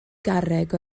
garreg